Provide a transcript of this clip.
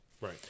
Right